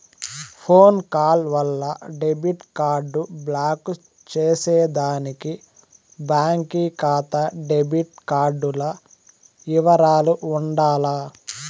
phone call వల్ల debit card block చేసేదానికి బాంకీ కాతా డెబిట్ కార్డుల ఇవరాలు ఉండాల